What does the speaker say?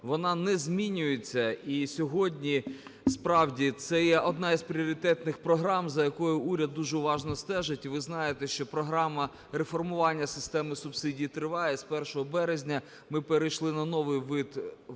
Вона не змінюється. І сьогодні справді це є одна з пріоритетних програм, за якою уряд дуже уважно стежить. І ви знаєте, що програма реформування системи субсидій триває, з 1 березня ми перейшли на новий вид видачі цих